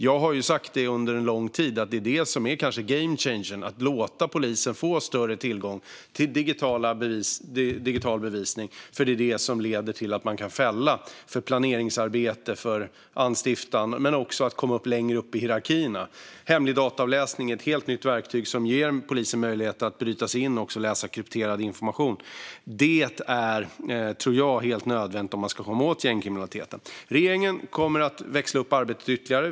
Jag har under en lång tid sagt att det kanske är detta som är en game-changer - att låta polisen få större tillgång till den digitala bevisningen. Det är det som leder till att man kan fälla för planeringsarbete och anstiftan, men det handlar också om att komma längre upp i hierarkierna. Hemlig dataavläsning är ett helt nytt verktyg som ger polisen möjlighet att bryta sig in och läsa krypterad information. Jag tror att det är helt nödvändigt om man ska kunna komma åt gängkriminaliteten. Regeringen kommer att växla upp arbetet ytterligare.